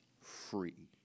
free